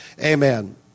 Amen